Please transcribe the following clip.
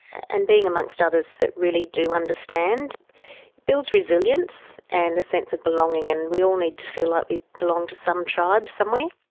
and being amongst others that really do understand builds resilience and a sense of belonging, and we all need to feel like we belong to some tribe somewhere.